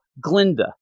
Glinda